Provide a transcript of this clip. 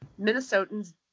Minnesotans